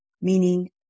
meaning